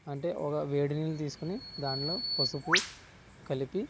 అంటే ఒక వేడి నీళ్ళు తీసుకోని దాంట్లో పసుపు కలిపి